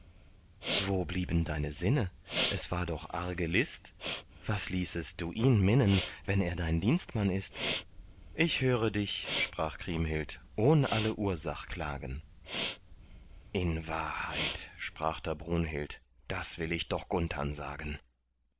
wo blieben deine sinne es war doch arge list was ließest du ihn minnen wenn er dein dienstmann ist ich höre dich sprach kriemhild ohn alle ursach klagen in wahrheit sprach da brunhild das will ich doch gunthern sagen